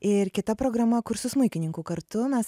ir kita programa kur su smuikininku kartu mes